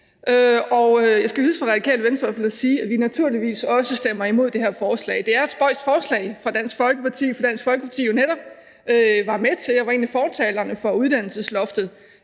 jeg skal hilse fra Radikale Venstre og sige, at vi naturligvis også stemmer imod det her forslag. Det er et spøjst forslag fra Dansk Folkeparti, fordi Dansk Folkeparti jo netop var med til at gennemføre og var en af fortalerne for uddannelsesloftet,